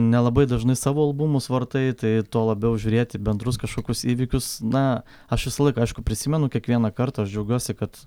nelabai dažnai savo albumus vartai tai tuo labiau žiūrėt į bendrus kažkokius įvykius na aš visą laiką aišku prisimenu kiekvieną kartą aš džiaugiuosi kad